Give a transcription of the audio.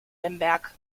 lemberg